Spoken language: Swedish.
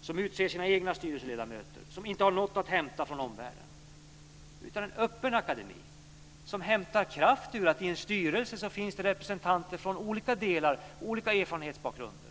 som utser sina egna styrelseledamöter och som inte har något att hämta från omvärlden. Vi ska ha en öppen akademi som hämtar kraft ur att det i styrelsen finns representanter från olika delar och med olika erfarenhetsbakgrunder.